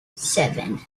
seven